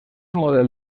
model